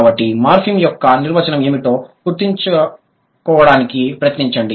కాబట్టి మార్ఫిమ్ యొక్క నిర్వచనం ఏమిటో గుర్తుంచుకోవడానికి ప్రయత్నించండి